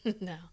No